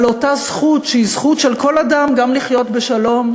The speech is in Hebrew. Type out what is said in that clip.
על אותה זכות שהיא זכות של כל אדם גם לחיות בשלום.